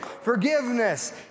Forgiveness